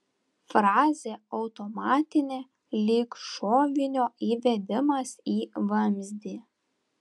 frazė automatinė lyg šovinio įvedimas į vamzdį